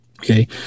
Okay